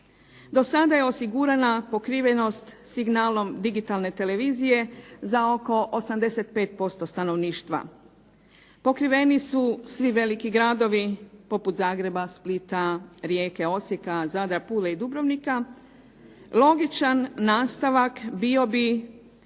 Do sada je osigurana pokrivenost signalom digitalne televizije za oko 85% stanovništva. Pokriveni su svi veliki gradovi poput Zagreba, Splita, Rijeke, Osijeka, Zadra, Pule i Dubrovnika. Logičan nastavak bio bi